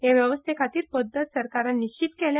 हे वेवस्थे खातीर पद्दत सरकारान निश्चीत केल्या